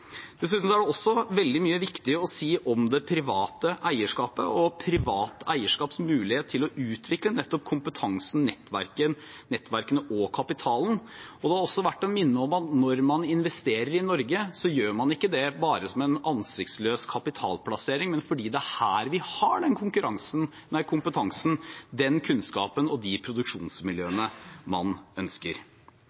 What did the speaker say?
Dessuten er det veldig mye viktig å si om det private eierskapet, og om privat eierskaps mulighet til å utvikle nettopp kompetansen, nettverkene og kapitalen. Det er også verdt å minne om at når man investerer i Norge, gjør man ikke det bare som en ansiktsløs kapitalplassering, men fordi det er her vi har den kompetansen, den kunnskapen og de